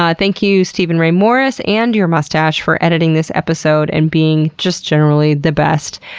um thank you, steven ray morris and your mustache for editing this episode and being just generally the best.